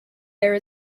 there